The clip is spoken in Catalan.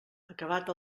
acabat